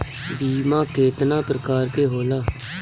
बीमा केतना प्रकार के होला?